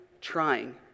trying